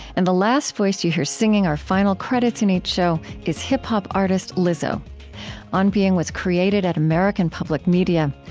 and the last voice that you hear singing our final credits in each show is hip-hop artist lizzo on being was created at american public media.